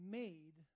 made